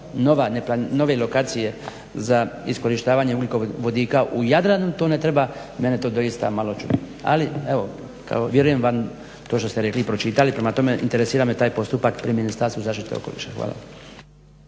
nove lokacije za iskorištavanje ugljikovodika u Jadranu to ne treba, mene to doista malo čudi. Ali vjerujem vam to što ste rekli i pročitali prema tome interesira me taj postupak pri Ministarstvu zaštite okoliša. Hvala.